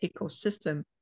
ecosystem